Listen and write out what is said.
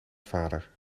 vader